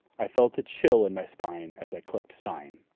i felt a chill in my spine as i clicked sign.